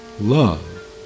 love